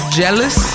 jealous